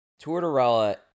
Tortorella